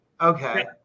Okay